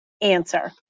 answer